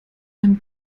ein